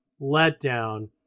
letdown